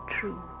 true